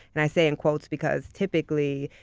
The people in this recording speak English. and i say in quotes because typically,